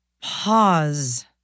pause